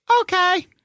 Okay